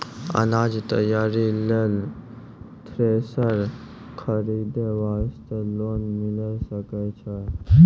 अनाज तैयारी लेल थ्रेसर खरीदे वास्ते लोन मिले सकय छै?